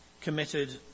committed